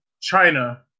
china